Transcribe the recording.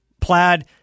Plaid